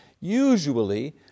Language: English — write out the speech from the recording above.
Usually